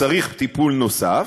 כשצריך טיפול נוסף,